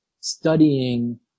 studying